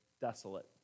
desolate